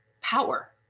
power